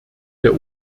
der